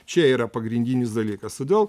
čia yra pagrindinis dalykas todėl